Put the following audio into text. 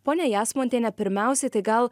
pone jasmontiene pirmiausiai tai gal